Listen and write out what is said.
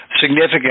significant